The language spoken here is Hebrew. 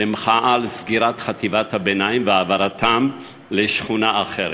במחאה על סגירת חטיבת הביניים והעברתם לשכונה אחרת.